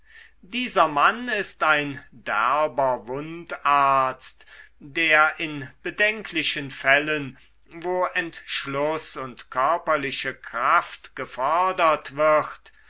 dieser mann ist ein derber wundarzt der in bedenklichen fällen wo entschluß und körperliche kraft gefordert wird